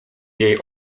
jej